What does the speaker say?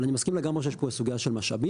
אבל אני מסכים לגמרי שיש פה סוגייה של משאבים.